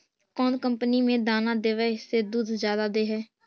कौन कंपनी के दाना देबए से दुध जादा दे है?